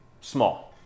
small